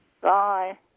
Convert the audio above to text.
Bye